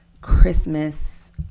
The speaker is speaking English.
Christmas